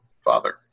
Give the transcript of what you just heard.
father